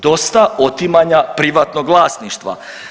Dosta otimanja privatnog vlasništva.